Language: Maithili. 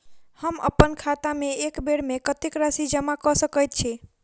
हम अप्पन खाता सँ एक बेर मे कत्तेक राशि जमा कऽ सकैत छी?